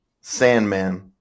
sandman